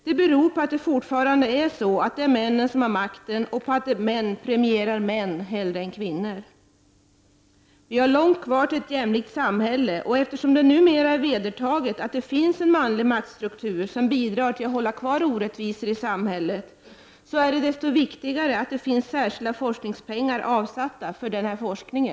Det beror på att det fortfarande är männen som har makten och på att män premierar män hellre än kvinnor. Vi har långt kvar till ett jämlikt samhälle. Eftersom det numera är vedertaget att det finns en manlig maktstruktur som bidrar till att hålla kvar orättvisor i samhället, är det desto viktigare att det finns särskilda forskningspengar avsatta för denna forskning.